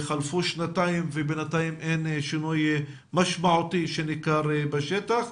חלפו שנתיים ובינתיים אין שינוי משמעותי שניכר בשטח.